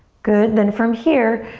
good, then from here,